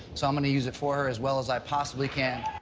so, i'm gonna use it for her as well as i possibly can.